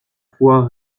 foi